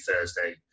Thursday